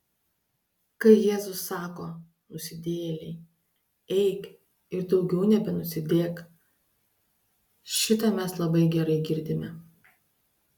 kai jėzus sako nusidėjėlei eik ir daugiau nebenusidėk šitą mes labai gerai girdime